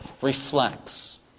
reflects